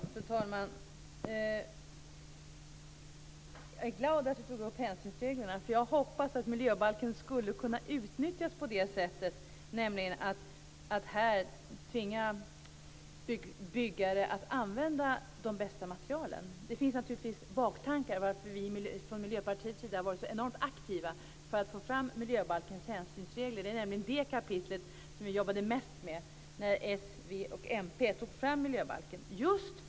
Fru talman! Jag är glad att Ulla-Britt Hagström tog upp hänsynsreglerna. Jag hoppas att miljöbalken skall kunna utnyttjas så att byggare tvingas att använda de bästa materialen. Det finns naturligtvis baktankar varför vi i Miljöpartiet har varit så enormt aktiva för att få fram miljöbalkens hänsynsregler. Det är det kapitlet vi jobbade mest med när s, v och mp arbetade fram miljöbalken.